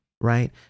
right